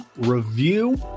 review